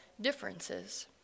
differences